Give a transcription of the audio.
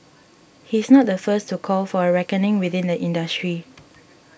he's not the first to call for a reckoning within the industry